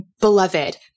beloved